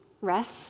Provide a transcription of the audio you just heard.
rest